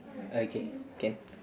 okay can